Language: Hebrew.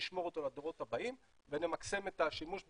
נשמור אותו לדורות הבאים ונמקסם את השימוש בו.